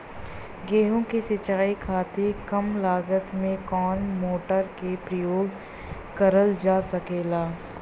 गेहूँ के सिचाई खातीर कम लागत मे कवन मोटर के प्रयोग करल जा सकेला?